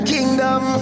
Kingdom